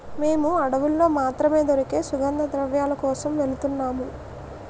మేము అడవుల్లో మాత్రమే దొరికే సుగంధద్రవ్యాల కోసం వెలుతున్నాము